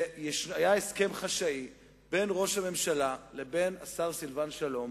שהיה הסכם חשאי בין ראש הממשלה לבין השר סילבן שלום